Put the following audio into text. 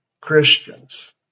Christians